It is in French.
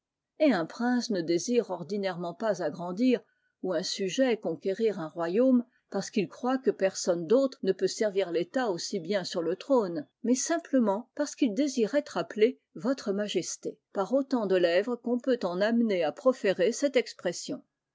et un prince ne désire ordinairement pas agrandir ou un sujet conquérir un royaume parce qu'il croit que personne d'autre ne peut servir l'etat aussi bien sur le trône mais simplement parce qu'il désire être appelé votre majesté par autant de lèvres qu'on peut en amener à proférer cette expression